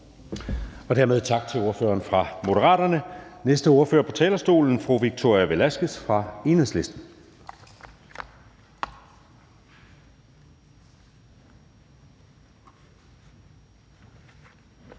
Dermed tak til ordføreren fra Moderaterne. Den næste ordfører på talerstolen er fru Victoria Velasquez fra Enhedslisten.